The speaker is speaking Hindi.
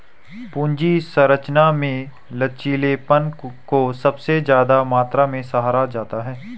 पूंजी संरचना में लचीलेपन को सबसे ज्यादा मात्रा में सराहा जाता है